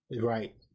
Right